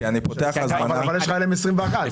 אבל הם ל-2021.